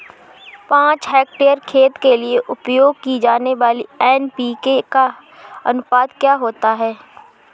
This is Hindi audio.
पाँच हेक्टेयर खेत के लिए उपयोग की जाने वाली एन.पी.के का अनुपात क्या होता है?